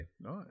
Nice